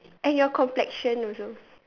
and your complexion also